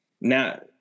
Now